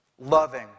loving